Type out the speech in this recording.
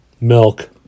milk